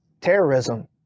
terrorism